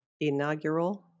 inaugural